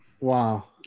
wow